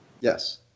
Yes